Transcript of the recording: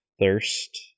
thirst